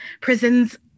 Prisons